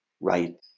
right